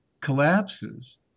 collapses